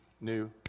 new